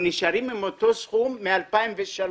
הם נשארים עם אותו סכום מ-2003,